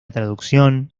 traducción